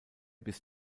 bis